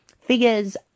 Figures